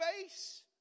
face